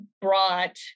brought